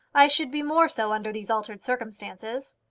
i should be more so under these altered circumstances.